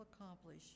accomplish